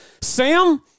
Sam